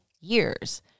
years